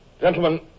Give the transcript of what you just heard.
Gentlemen